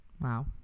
wow